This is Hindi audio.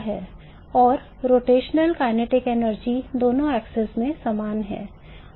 और रोटेशनल गतिज ऊर्जा दोनों अक्षों में समान है